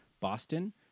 Boston